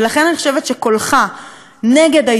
אני חושבת שקולך נגד ההתרחבות הזאת,